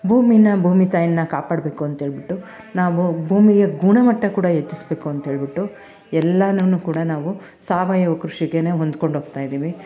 ಭೂಮಿನ ಭೂಮಿ ತಾಯಿನ ಕಾಪಾಡಬೇಕು ಅಂತೇಳ್ಬಿಟ್ಟು ನಾವು ಭೂಮಿಯ ಗುಣಮಟ್ಟ ಕೂಡ ಹೆಚ್ಚಿಸಬೇಕು ಅಂತೇಳ್ಬಿಟ್ಟು ಎಲ್ಲಾನೂ ಕೂಡ ನಾವು ಸಾವಯವ ಕೃಷಿಗೆನೇ ಹೊಂದ್ಕೊಂಡೋಗ್ತಾ ಇದ್ದೀವಿ